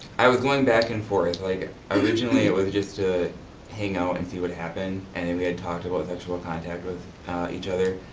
i was going back and forth, like originally it was just to hang out and see what happens. and then we had talked about sexual contact with each other.